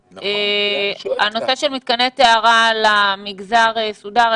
הנושא של מתקני הטהרה למגזר סודר.